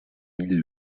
mille